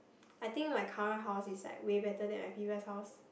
I like my current house is like way better than my previous house